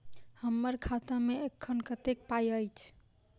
हम्मर खाता मे एखन कतेक पाई अछि?